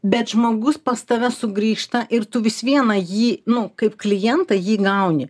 bet žmogus pas tave sugrįžta ir tu vis viena jį nu kaip klientą jį gauni